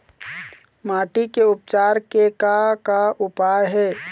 माटी के उपचार के का का उपाय हे?